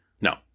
No